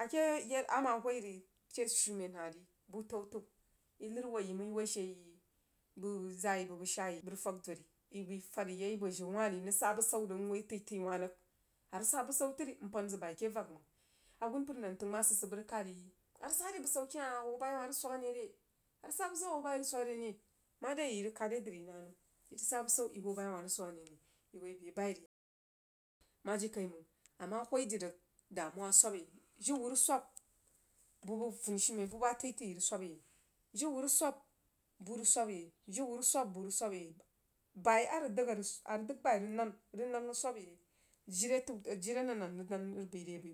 Akeh yad a mah whoi rig a keh shumen hah ri buh təiu təiu yi lər woi yi mang yo woi she yi bəg zaa yi bəg bəg shaa yi bəg rig fag dori yi bəi fad rig yai abo jiu wah ri mang sah busau rig nwoi təi-tai wah rig a rig sah basau tri a pan zəg bai ake vak mah a gunpər nan təng mah si sid bəg rig khad yi yi a rig sah dri busau keh hah mhoo saí wah rig swag ane re a rig sah busau ahoo bai wah rig swag ane re mau yi yi rig khad re din yi nanəm yi rig sah busau yi hoo bai wah rig swag ane re yi woi beh a bai rig yayai mang mah jirikaimanf a mah dir rig damuwa swab a yɛi jiu wuh rig swab buh bəg funishumen buh bah təitəi rig swab a yai jiu huh rig swab buh rig swab a yai jiu wuh swab buh rig swab a yai bai a rig dəghai a rig dəg bai rig nin rig nan rig swab a yai jiri a təiu jiri a nan nah rig nan rig bəa re a bəa bəa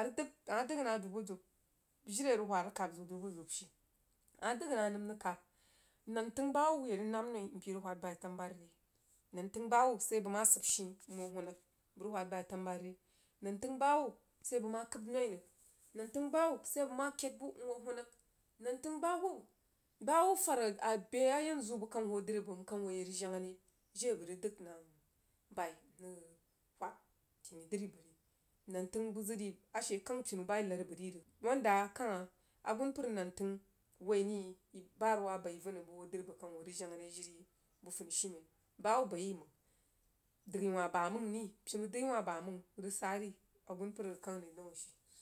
a rig dəg a mah dəg nah dubu dab jir a rig hwah rig kabziu dubu zəun she a mah dəg nah nəm rig khab nantəng bah hubba ya rig nam noi npəi rig whad bai tanububari rie nan-təng bah hubba sai bəg mah siib shi, mhoo huun rig bəg rig whad bai tanububari re nantəng ba hubba sai bəg mah kəib noi rig nantəng bah hubba sai bəg mah kəif bub mhoo huun rig nan-təng bah hubba ba hubba fad a bəa a yanzu bəg kang hoo dri bəg nhoo ya rig jangha re jin a bəg rig dəg bai mrig whad kini bəg ri nan-təng a she kang oinu bai lar bəg ri rig ulanda kang agunpəi nan-təng woi nəi bah wuruwah bəi vən rig bəg hoo drí bəg kang hoo rig jang ri jiri buh funishumen ba hubba buh ri mang dəghai wah bamang ri pinu dəghai wah bamang rig sah ri agunpər rig kang re sauna she.